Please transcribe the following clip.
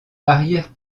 arrière